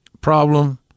problem